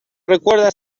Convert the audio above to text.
recuerda